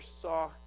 saw